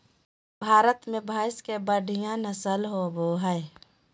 भारत में भैंस के बढ़िया नस्ल होबो हइ